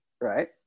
Right